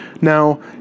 now